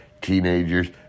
teenagers